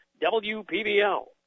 WPBL